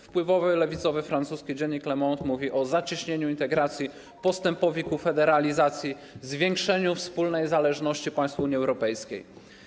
Wpływowy lewicowy francuski dziennik „Le Monde” mówi o zacieśnieniu integracji, postępowi ku federalizacji, zwiększeniu wspólnej zależności państw Unii Europejskiej.